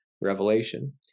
Revelation